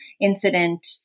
incident